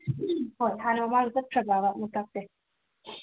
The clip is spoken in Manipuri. ꯍꯣꯏ ꯍꯥꯟꯅ ꯃꯃꯥꯡꯗ ꯆꯠꯈ꯭ꯔꯕꯕ ꯂꯣꯛꯇꯥꯛꯁꯦ